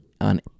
on